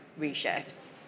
reshifts